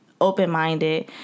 open-minded